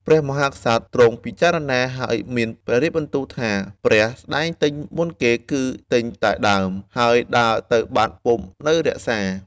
ព្រះមហាក្សត្រទ្រង់ពិចារណា ហើយមានព្រះរាជបន្ទូលថា “ព្រះស្តែងទិញមុនគេ គឺទិញតែដើម ហើយដើរទៅបាត់ពុំនៅរក្សា។